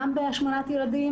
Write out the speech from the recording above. גם בהשמנת ילדים